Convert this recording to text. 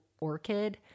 Orchid